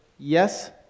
Yes